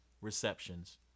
receptions